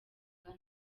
nta